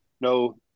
no